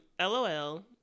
LOL